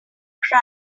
cry